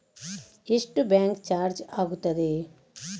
ಎಷ್ಟು bank charge ಆಗುತ್ತದೆ?